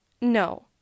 No